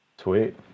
sweet